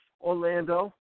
Orlando